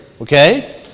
Okay